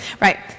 Right